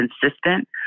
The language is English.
consistent